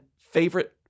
favorite